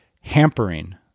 hampering